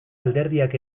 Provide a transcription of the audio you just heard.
alderdiak